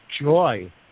joy